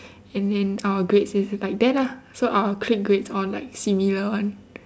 and then our grades is like that lah so our clique grades all like similar [one]